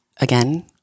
again